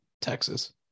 Texas